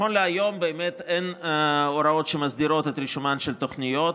נכון להיום באמת אין הוראות שמסדירות את רישומן של תוכניות,